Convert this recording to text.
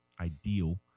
ideal